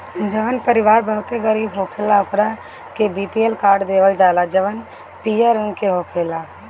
जवन परिवार बहुते गरीब होखेला ओकरा के बी.पी.एल कार्ड देवल जाला जवन पियर रंग के होखेला